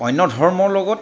অন্য ধৰ্মৰ লগত